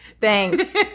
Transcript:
Thanks